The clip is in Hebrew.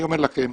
אני אומר לכם,